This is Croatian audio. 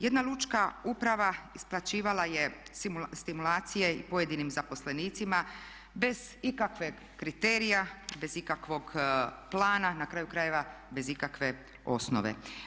Jedna lučka uprava isplaćivala je stimulacije i pojedinim zaposlenicima bez ikakvih kriterija, bez ikakvog plana, na kraju krajeva bez ikakve osnove.